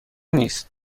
نیست